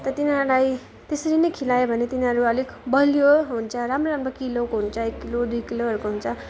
अन्त तिनीहरूलाई त्यसरी नै खिलायो भने तिनीहरू अलिक बलियो हुन्छ राम्रो राम्रो किलोको हुन्छ एक किलो दुई किलोहरूको हुन्छ